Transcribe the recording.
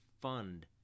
fund